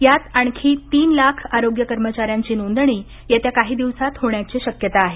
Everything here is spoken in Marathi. यात आणखी तीन लाख आरोग्य कर्मचाऱ्यांची नोंदणी येत्या काही दिवसांत होण्याची शक्यता आहे